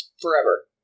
forever